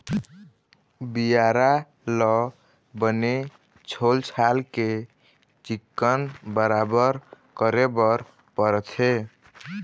बियारा ल बने छोल छाल के चिक्कन बराबर करे बर परथे